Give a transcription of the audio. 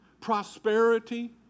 prosperity